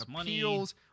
appeals